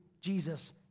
Jesus